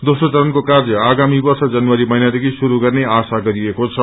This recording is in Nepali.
दोस्रो चरणको कार्य आगामी वर्ष जनवरी महिनादेखि शुरू गर्ने आशा गरिएको छ